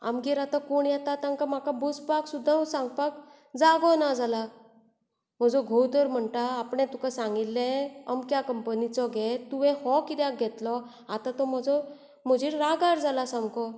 आमगेर आतां कोण येता तांकां म्हाका बसपाक सुद्दां सांगपाक जागो ना जाला म्हजो घोव तर म्हणटा आपणें तुकां सांगिल्लें अमक्या कंपनीचो घे तुवें हो कित्याक घेतलो आतां तो म्हजो म्हजेर रागार जाला सामको